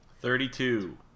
Thirty-two